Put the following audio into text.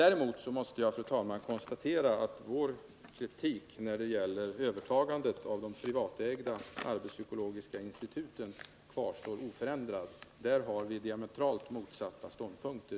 Däremot måste jag konstatera, fru talman, att vår kritik när det gäller övertagandet av de privatägda arbetspsykologiska instituten kvarstår oförändrad — just i den frågan har vi diametralt motsatta ståndpunkter.